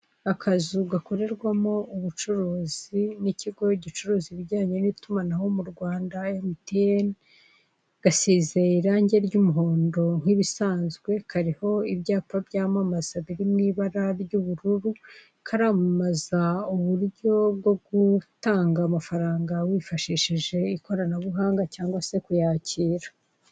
Akazu gakorerwamo ubucuruzi n'ikigo gicuruza ibijyanye n'itumanaho mu Rwanda, emutiyeni, gasize irange ry'umuhondo nk'ibisanzwe, kariho ibyapa byamamaza, biri mu ibara ry'ubururu, karamamaza uburyo bwo gutanga amafaranga wifashishije ikoranabuhanga, cyangwa se kuyakira.